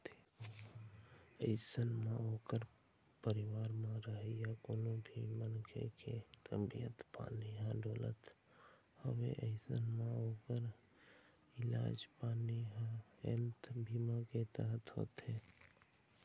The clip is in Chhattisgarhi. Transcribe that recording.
अइसन म ओखर परिवार म रहइया कोनो भी मनखे के तबीयत पानी ह डोलत हवय अइसन म ओखर इलाज पानी ह हेल्थ बीमा के तहत होथे